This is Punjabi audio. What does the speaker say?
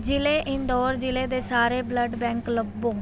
ਜ਼ਿਲ੍ਹੇ ਇੰਦੌਰ ਜ਼ਿਲ੍ਹੇ ਦੇ ਸਾਰੇ ਬਲੱਡ ਬੈਂਕ ਲੱਭੋ